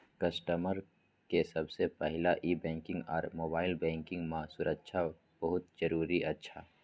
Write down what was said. customer के सबसे पहला ई बैंकिंग आर मोबाइल बैंकिंग मां सुरक्षा बहुत जरूरी अच्छा